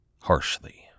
harshly